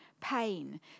pain